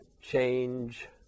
change